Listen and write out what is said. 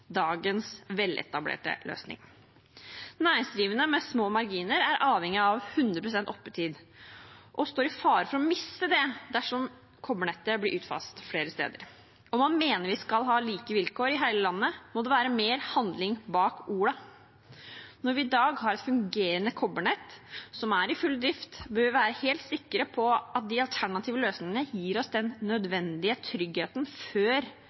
dagens veletablerte løsning. Næringsdrivende med små marginer er avhengig av 100 pst. oppetid og står i fare for å miste det dersom kobbernettet blir utfaset flere steder. Om man mener at vi skal ha like vilkår i hele landet, må det være mer handling bak ordene. Når vi i dag har et fungerende kobbernett, som er i full drift, bør vi være helt sikre på at de alternative løsningene gir oss den nødvendige tryggheten før